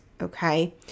Okay